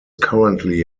currently